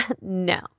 No